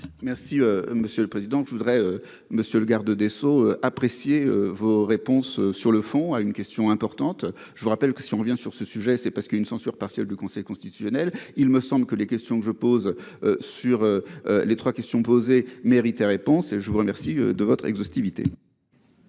monsieur le président que je voudrais monsieur le garde des Sceaux apprécié vos réponses sur le fond à une question importante. Je vous rappelle que, si on revient sur ce sujet, c'est parce qu'une censure partielle du Conseil constitutionnel, il me semble que les questions que je pose. Sur les 3 questions posées méritait réponse et je vous remercie de votre exhaustivité.